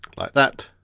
like that,